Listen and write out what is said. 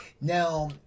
Now